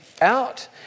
out